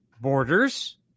borders